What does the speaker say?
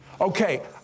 Okay